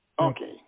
Okay